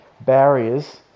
barriers